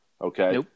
okay